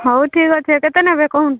ହଉ ଠିକ୍ ଅଛି କେତେ ନେବେ କହନ୍ତୁ